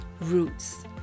roots